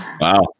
wow